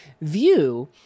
view